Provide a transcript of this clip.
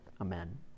Amen